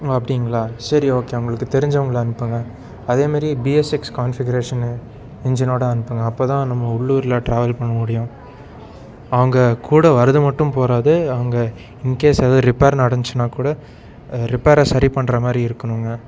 ஓ அப்படிங்களா சரி ஓகே உங்களுக்கு தெரிஞ்சவங்களை அனுப்புங்கள் அதேமாரி பி எஸ் சிக்ஸ் கான்ஃபிக்ரேஷனு இஞ்சினோடு அனுப்புங்கள் அப்போது தான் நம்ம உள்ளூரில் ட்ராவல் பண்ணமுடியும் அவங்கக்கூட வர்றது மட்டும் போதாது அவங்க இன்கேஸ் ஏதாவது ரிப்பேர் நடந்துச்சுன்னாக் கூட ரிப்பேரை சரி பண்ணுற மாதிரி இருக்கணும்ங்க